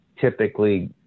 typically